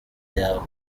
yawe